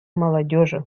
молодежи